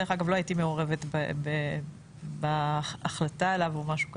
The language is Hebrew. דרך אגב לא הייתי מעורבת בהחלטה עליו או משהו כזה,